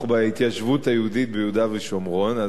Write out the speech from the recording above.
בהתיישבות היהודית ביהודה ושומרון.